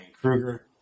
Krueger